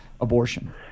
abortion